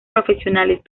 profesionales